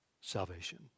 salvation